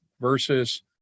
versus